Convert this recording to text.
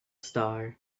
star